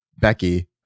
Becky